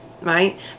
right